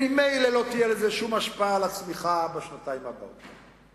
ממילא לא תהיה לזה שום השפעה על הצמיחה בשנתיים הבאות.